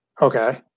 okay